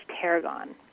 tarragon